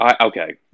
Okay